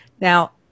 Now